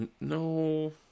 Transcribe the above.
no